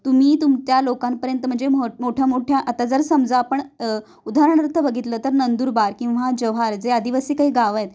तुम्ही तुम त्या लोकांपर्यंत म्हणजे मोठ मोठ्या मोठ्या आता जर समजा आपण उदाहरणार्थ बघितलं तर नंदुरबार किंव्हा जव्हार जे आदिवासी काही गावं आहेत